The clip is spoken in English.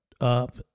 up